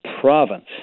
province